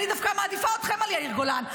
אני דווקא מעדיפה אתכם על יאיר גולן,